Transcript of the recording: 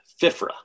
FIFRA